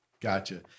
Gotcha